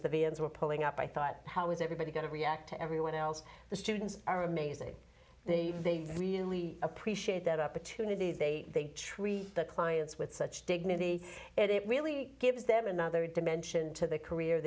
vians were pulling up i thought how is everybody going to react to everyone else the students are amazing they they really appreciate that opportunity they treat their clients with such dignity it really gives them another dimension to their career